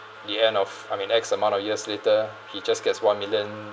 the end of I mean X amount of years later he just gets one million